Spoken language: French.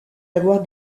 avoir